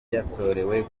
yatorewe